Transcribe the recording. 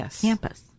campus